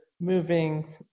moving